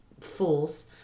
fools